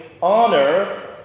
honor